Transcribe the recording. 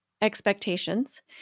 expectations